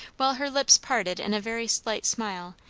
while her lips parted in a very slight smile,